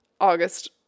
August